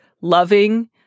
loving—